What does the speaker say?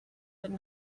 but